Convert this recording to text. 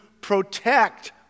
protect